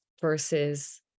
versus